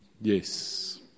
Yes